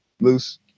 loose